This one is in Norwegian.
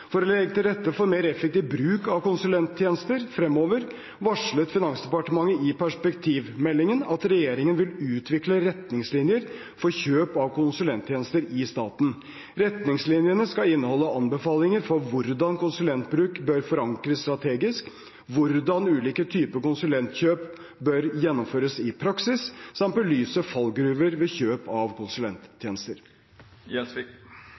For å legge til rette for mer effektiv bruk av konsulenttjenester fremover varslet Finansdepartementet i perspektivmeldingen at regjeringen vil utvikle retningslinjer for kjøp av konsulenttjenester i staten. Retningslinjene skal inneholde anbefalinger for hvordan konsulentbruk bør forankres strategisk, hvordan ulike typer konsulentkjøp bør gjennomføres i praksis, samt belyse fallgruver ved kjøp av